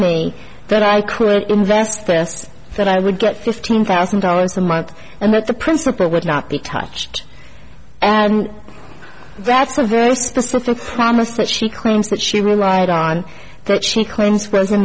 me that i could invest this that i would get fifteen thousand dollars a month and that's the principle would not be touched and that's a very specific promise that she claims that she relied on that she claim